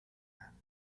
anni